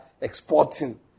exporting